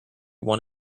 want